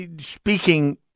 Speaking